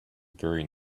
very